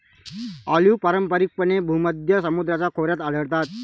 olive पारंपारिकपणे भूमध्य समुद्राच्या खोऱ्यात आढळतात